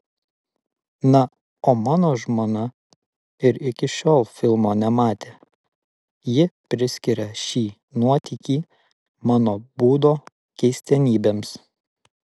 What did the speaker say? na o mano žmona ir iki šiol filmo nematė ji priskiria šį nuotykį mano būdo keistenybėms